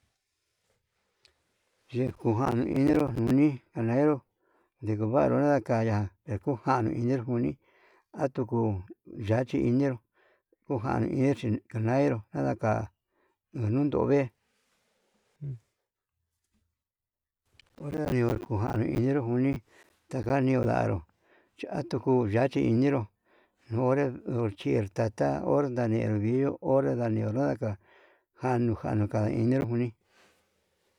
Yikujan ñienro ñii alenro nikuvanru, nada kanya'a ndejujanru ini kuni atuku nachi iñenro kokani ini chi aneiró, nadaka ununtuve onra dio kuu kani enero, nii taka nio nanró yatuku yachi iñinró nonre nduchirta ta onre ñañinro vii ña onre ñandido nadaka, nadujanu nda inero konii.